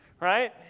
right